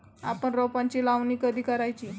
आपण रोपांची लावणी कधी करायची?